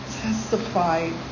testified